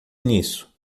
nisso